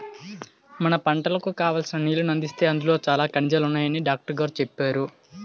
మన పంటలకు కావాల్సిన నీళ్ళను అందిస్తే అందులో చాలా ఖనిజాలున్నాయని డాట్రుగోరు చెప్పేరు